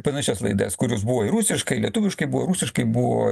panašias laidas kurios buvo ir rusiškai lietuviškai buvo rusiškai buvo